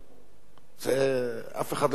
את זה אף אחד לא יכול לקחת ממך.